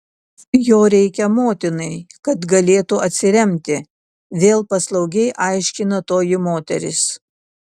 jo reikia motinai kad galėtų atsiremti vėl paslaugiai aiškina toji moteris